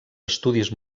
estudis